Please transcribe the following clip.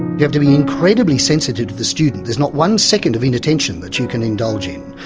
you have to be incredibly sensitive to the student. there's not one second of inattention that you can indulge in,